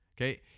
okay